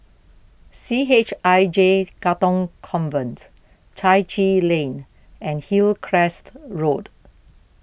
C H I J Katong Convent Chai Chee Lane and Hillcrest Road